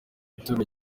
itorero